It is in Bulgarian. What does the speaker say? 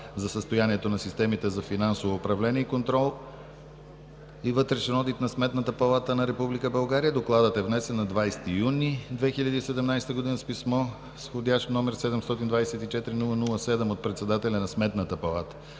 за състоянието на системите за финансово управление, контрол и вътрешен одит на Сметната палата на Република България. Докладът е внесен на 20 юни 2017 г. с писмо, с вх. № 724-00-7, от председателя на Сметната палата.